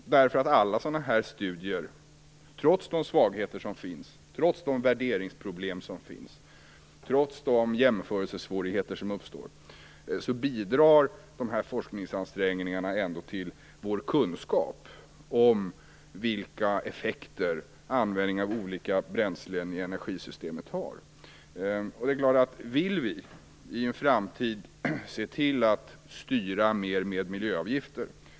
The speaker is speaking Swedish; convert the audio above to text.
Alla sådana här studier och forskningsansträngningar bidrar, trots de svagheter som finns, trots de värderingsproblem som finns och trots de jämförelsesvårigheter som uppstår till vår kunskap om vilka effekter användningen av olika bränslen i energisystemet har. Vill vi i en framtid se till att i högre grad styra med miljöavgifter?